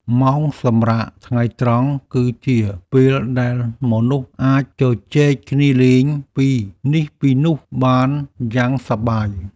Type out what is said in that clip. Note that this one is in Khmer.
ម៉ោងសម្រាកថ្ងៃត្រង់គឺជាពេលដែលមនុស្សអាចជជែកគ្នាលេងពីនេះពីនោះបានយ៉ាងសប្បាយ។